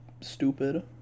stupid